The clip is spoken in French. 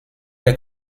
les